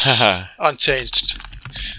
unchanged